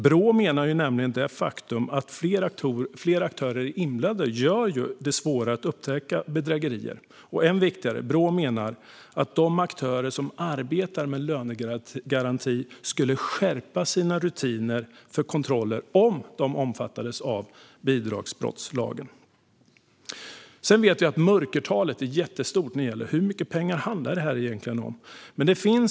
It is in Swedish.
Brå menar nämligen att det faktum att flera aktörer är inblandade gör det svårare att upptäcka bedrägerier. Än viktigare menar Brå att de aktörer som arbetar med lönegaranti skulle skärpa sina rutiner för kontroller om de omfattades av bidragsbrottslagen. Vi vet att mörkertalet är stort när det gäller hur mycket pengar det handlar om.